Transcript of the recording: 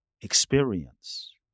experience